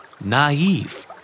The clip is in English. Naive